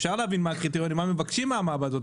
אפשר להבין מה הקריטריונים ולפחות מה מבקשים מהמעבדות.